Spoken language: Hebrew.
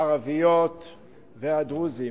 הערביות והדרוזיות.